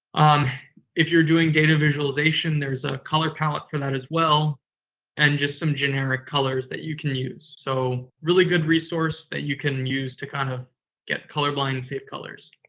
um if you're doing data visualization, there's a color palette for that as well and just some generic colors that you can use. so, really good resource that you can use to kind of get colorblind-safe colors.